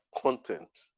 content